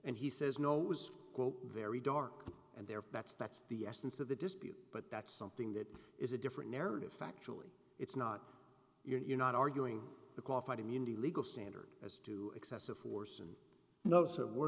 and he says no it was very dark and there that's that's the essence of the dispute but that's something that is a different narrative factually it's not you're not arguing the qualified immunity legal standard as to excessive force and no sir we're